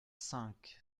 cinq